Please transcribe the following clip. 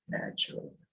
natural